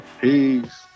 peace